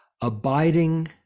abiding